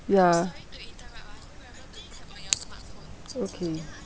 ya okay